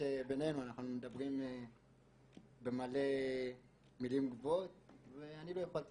--- מדברים במילים גבוהות ואני לא יכולתי